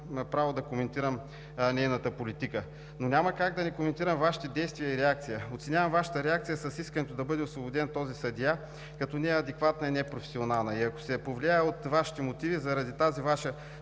право да коментирам нейната политика. Но няма как да не коментирам Вашите действия и реакция. Оценявам Вашата реакция с искането да бъде освободен този съдия като неадекватна и непрофесионална и ако се повлияя от Вашите мотиви заради тази Ваша